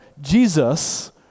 Jesus